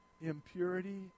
Impurity